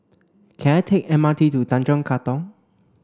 can I take M R T to Tanjong Katong